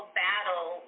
battle